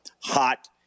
hot